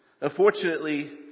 Unfortunately